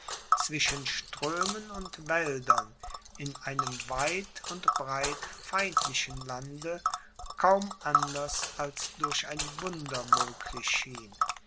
zwischen strömen und wäldern in einem weit und breit feindlichen lande kaum anders als durch ein wunder möglich schien